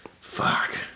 Fuck